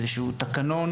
המדיניות.